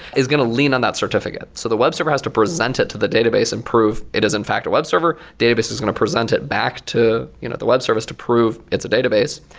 is going to lean on that certificate. so the webserver has to present it to the database and prove it is in fact a webserver. database is going to present it back to you know the webserver to prove it's a database.